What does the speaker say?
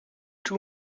two